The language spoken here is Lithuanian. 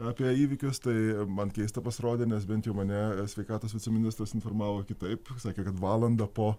apie įvykius tai man keista pasirodė nes bent jau mane sveikatos viceministras informavo kitaip sakė kad valandą po